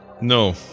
No